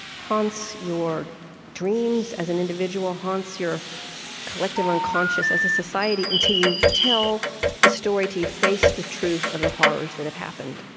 haunts your dreams as an individual, haunts your collective unconscious as a society, until you tell the story, till you face the truth of the horrors that have happened.